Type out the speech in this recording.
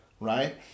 right